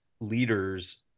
leaders